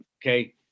okay